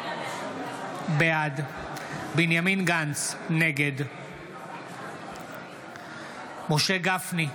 בעד בנימין גנץ, נגד משה גפני,